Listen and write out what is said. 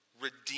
redeem